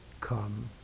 come